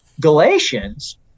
Galatians